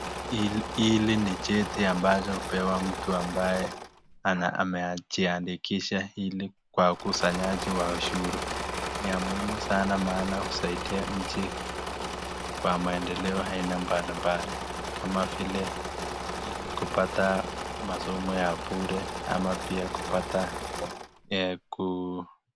Hili ni cheti ambacho hupewa mtu ambaye amejiandikisha ili kwa ukusanyaji wa ushuru. Ni ya muhimu sana maana husaidia nchi kwa maendeleo aina mbalimbali kama vile ili kupata masomo ya bure ama pia kupata ku.